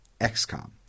XCOM